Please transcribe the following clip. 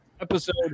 episode